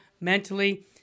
mentally